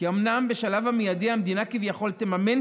כי אומנם בשלב המיידי המדינה כביכול תממן